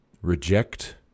Reject